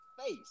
face